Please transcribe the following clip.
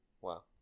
wow